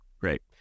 great